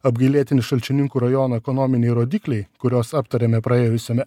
apgailėtini šalčininkų rajono ekonominiai rodikliai kuriuos aptarėme praėjusiame